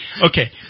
Okay